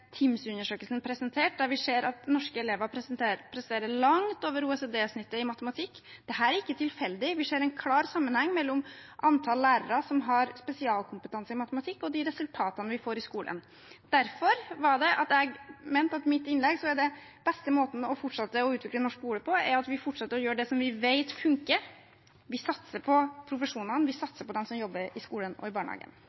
presentert, og der ser vi at norske elever presterer langt over OECD-snittet i matematikk. Dette er ikke tilfeldig. Vi ser en klar sammenheng mellom antall lærere som har spesialkompetanse i matematikk, og de resultatene vi får i skolen. Derfor mener jeg det jeg sa i mitt innlegg, at den beste måten å fortsette å utvikle norsk skole på er at vi fortsetter å gjøre det som vi vet funker. Vi satser på profesjonene, vi